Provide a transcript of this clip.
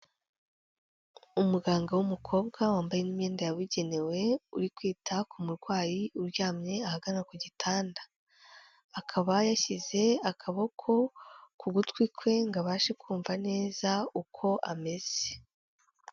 Umuganga w'umukobwa wambaye n’imyenda yabugenewe, uri kwita ku murwayi uryamye ahagana ku gitanda. Akaba yashyize akaboko ku gutwi kwe ngo abashe kumva neza uko ameze.